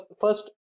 first